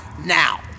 now